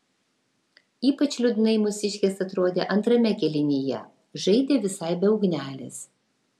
ypač liūdnai mūsiškės atrodė antrame kėlinyje žaidė visai be ugnelės